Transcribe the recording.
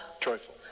Joyful